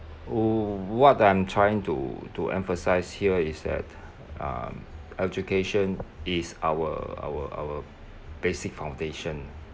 oh what I'm trying to to emphasize here is that um education is our our our basic foundation